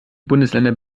bundesländer